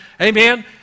Amen